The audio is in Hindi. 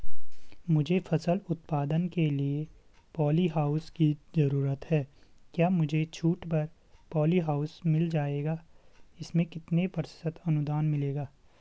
मुझे फसल उत्पादन के लिए प ॉलीहाउस की जरूरत है क्या मुझे छूट पर पॉलीहाउस मिल जाएगा इसमें कितने प्रतिशत अनुदान मिलेगा?